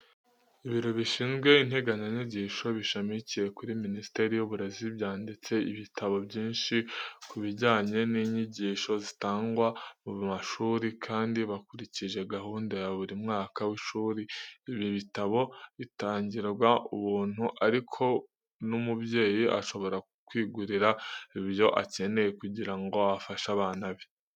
Ibiro bishinzwe integanyanyigisho bishamikiye kuri Minisiteri y'Uburezi, byanditse ibitabo byinshi ku bijyanye n'inyigisho zitangwa mu mashuri, kandi bakurikije gahunda ya buri mwaka w'ishuri. Ibi bitabo bitangirwa ubuntu, ariko n'umubyeyi ashobora kwigurira ibyo akeneye kugira ngo afashe abana be.